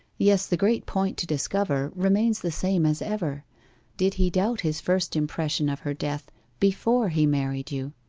yes, the great point to discover remains the same as ever did he doubt his first impression of her death before he married you.